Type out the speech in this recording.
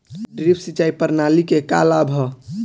Drip सिंचाई प्रणाली के का लाभ ह?